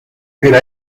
era